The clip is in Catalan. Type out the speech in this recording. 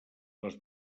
les